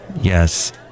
Yes